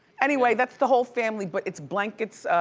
anyway, that's the whole family but it's blanket's.